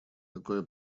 такое